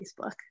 Facebook